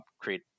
create